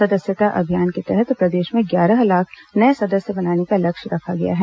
सदस्यता अभियान के तहत प्रदेश में ग्यारह लाख नए सदस्य बनाने का लक्ष्य रखा गया है